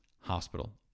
Hospital